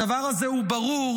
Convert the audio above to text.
הדבר הזה הוא ברור,